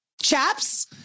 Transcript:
Chaps